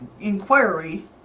inquiry